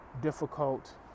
difficult